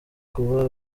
kuba